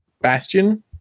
bastion